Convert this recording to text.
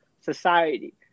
society